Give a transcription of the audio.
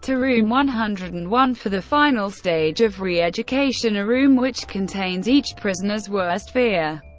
to room one hundred and one for the final stage of re-education, a room which contains each prisoner's worst fear.